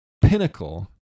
pinnacle